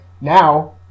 now